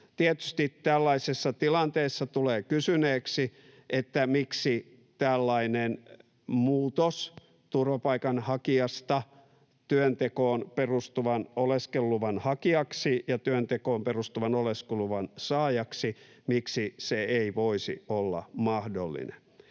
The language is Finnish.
Tietysti tällaisessa tilanteessa tulee kysyneeksi, että miksi tällainen muutos turvapaikanhakijasta työntekoon perustuvan oleskeluluvan hakijaksi ja työntekoon perustuvan oleskeluluvan saajaksi ei voisi olla mahdollinen.